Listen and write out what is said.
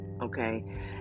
Okay